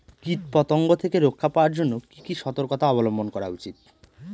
কীটপতঙ্গ থেকে রক্ষা পাওয়ার জন্য কি কি সর্তকতা অবলম্বন করা উচিৎ?